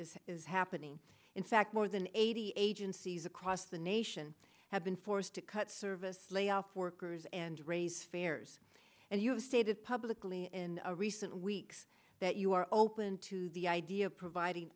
is happening in fact more than eighty agencies across the nation have been forced to cut service lay off workers and raise fares and you've stated publicly in recent weeks that you are open to the idea of providing